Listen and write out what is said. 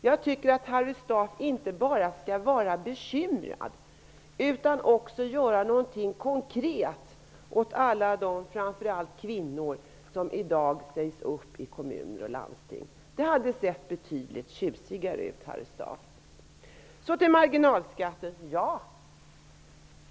Jag tycker att Harry Staaf inte bara skall vara bekymrad utan också göra någonting konkret åt alla de framför allt kvinnor som i dag sägs upp i kommuner och landsting. Det hade sett betydligt tjusigare ut, Harry Staaf. Så över till marginalskatten.